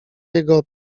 jego